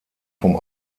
vom